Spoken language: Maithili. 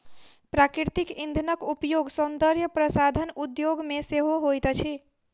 प्राकृतिक इंधनक उपयोग सौंदर्य प्रसाधन उद्योग मे सेहो होइत अछि